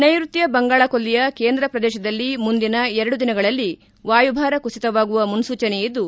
ನೈರುತ್ತ ಬಂಗಾಳ ಕೊಲ್ಲಿಯ ಕೇಂದ್ರ ಪ್ರದೇಶದಲ್ಲಿ ಮುಂದಿನ ಎರಡು ದಿನಗಳಲ್ಲಿ ವಾಯುಭಾರ ಕುಸಿತವಾಗುವ ಮುನ್ನೂಚನೆ ಇದ್ದು